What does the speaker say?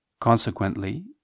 consequently